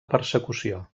persecució